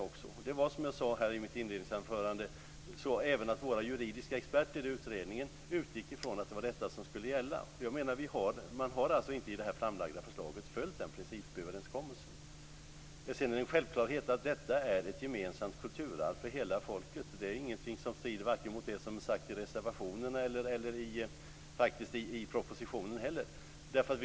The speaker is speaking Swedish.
Jag sade också i mitt inledningsanförande att våra juridiska experter i utredningen utgick från det. I det framlagda förslaget har man inte följt principöverenskommelsen. Det är en självklarhet att detta är ett kulturarv gemensamt för hela folket. Ingenting som sägs i reservationerna eller i propositionen strider mot det.